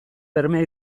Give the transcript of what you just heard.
bermea